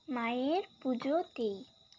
মায়ের পুজো দিয়ে